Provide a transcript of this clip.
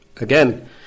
Again